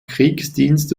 kriegsdienst